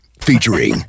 Featuring